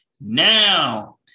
Now